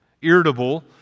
irritable